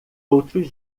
outros